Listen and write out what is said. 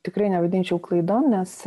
tikrai nevadinčiau klaidom nes